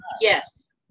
yes